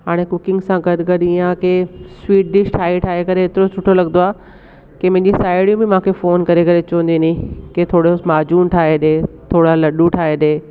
हाणे कुकिंग सां गॾु गॾु ईअं आहे के स्वीट डिश ठाहे ठाहे करे एतिरो सुठो लॻंदो आहे की मुंहिंजी साहेड़ियूं मूंखे फोन करे करे चवंदी आहे की थोरो माजून ठाहे ॾिए थोरा लडूं ठाहे ॾिए